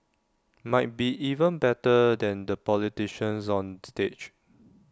might be even better than the politicians on stage